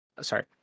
sorry